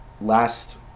last